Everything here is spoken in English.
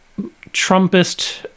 Trumpist